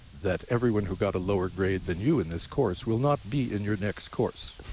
that everyone who got a lower grade than you in this course will not be in your next course.